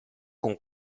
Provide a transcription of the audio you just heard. con